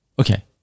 okay